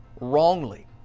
wrongly